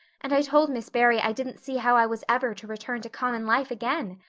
and i told miss barry i didn't see how i was ever to return to common life again.